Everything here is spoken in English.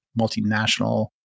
multinational